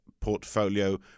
portfolio